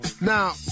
Now